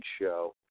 show